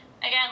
again